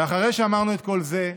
ואחרי שאמרנו את כל זה,